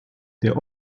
der